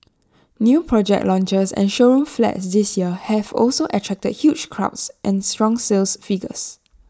new project launches and showroom flats this year have also attracted huge crowds and strong sales figures